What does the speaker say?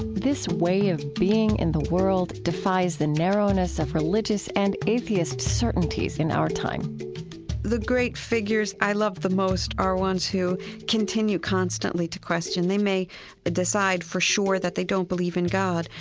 this way of being in the world defies the narrowness of religious and atheist certainties in our time the great figures i love the most are ones who continue constantly to question. they may decide for sure that they don't believe in god,